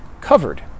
covered